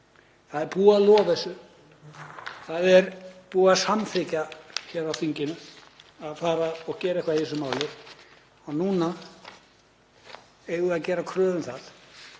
Það er búið að lofa þessu. Það er búið að samþykkja hér á þinginu að gera eitthvað í þessu máli. Núna eigum við að gera kröfu um það